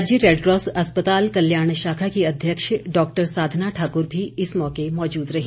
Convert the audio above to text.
राज्य रेडक्रॉस अस्पताल कल्याण शाखा की अध्यक्ष डॉक्टर साधना ठाकुर भी इस मौके मौजूद रहीं